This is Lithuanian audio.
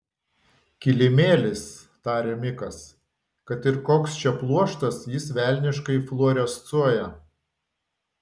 kilimėlis tarė mikas kad ir koks čia pluoštas jis velniškai fluorescuoja